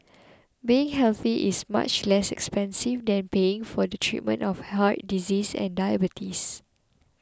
being healthy is much less expensive than paying for the treatment of heart disease and diabetes